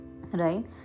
Right